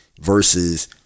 versus